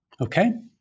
okay